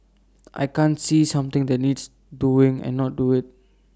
I can't see something that needs doing and not do IT